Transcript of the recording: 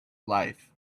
life